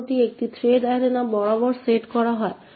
খণ্ডটি একটি thread arena বরাবর সেট করা হয়